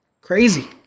crazy